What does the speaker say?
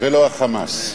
ולא מה"חמאס".